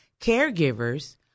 caregivers